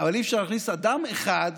אבל אי-אפשר להכניס אדם אחד